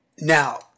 Now